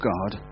God